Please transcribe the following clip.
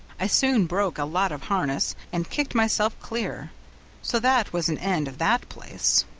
i soon broke a lot of harness, and kicked myself clear so that was an end of that place.